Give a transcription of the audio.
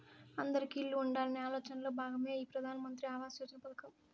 అందిరికీ ఇల్లు ఉండాలనే ఆలోచనలో భాగమే ఈ ప్రధాన్ మంత్రి ఆవాస్ యోజన పథకం